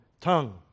tongue